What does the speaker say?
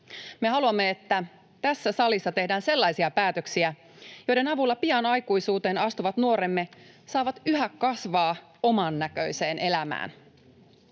haluamme, että tässä salissa tehdään sellaisia päätöksiä, joiden avulla pian aikuisuuteen astuvat nuoremme saavat yhä kasvaa oman näköiseen elämään.